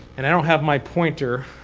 and i don't have my pointer.